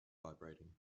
vibrating